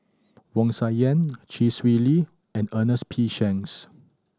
Wu Tsai Yen Chee Swee Lee and Ernest P Shanks